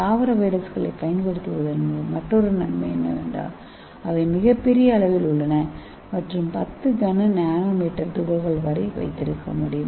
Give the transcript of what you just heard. தாவர வைரஸ்களைப் பயன்படுத்துவதன் மற்றொரு நன்மை என்னவென்றால் அவை பெரிய அளவில் உள்ளன மற்றும் 10 கன என்எம் துகள்கள் வரை வைத்திருக்க முடியும்